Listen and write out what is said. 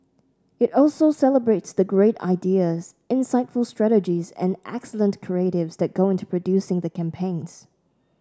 it also celebrates the great ideas insightful strategies and excellent creatives that go into producing the campaigns